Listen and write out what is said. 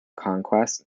conquest